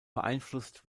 beeinflusst